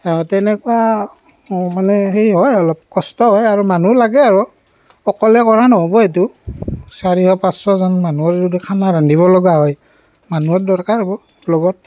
তেনেকুৱা মানে হেৰি হয় অলপ কষ্ট হয় আৰু মানুহ লাগে আৰু অকলে কৰা নহ'ব এইটো চাৰিশ পাঁচশজন মানুহৰ যদি খানা ৰান্ধিব লগা হয় মানুহৰ দৰকাৰ হ'ব লগত